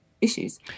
issues